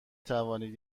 توانید